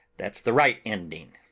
that's the right ending.